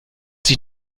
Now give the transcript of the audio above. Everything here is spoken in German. sich